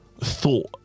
thought